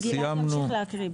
גלעד, תמשיך להקריא.